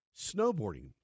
snowboarding